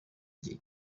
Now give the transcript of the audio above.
igihe